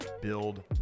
build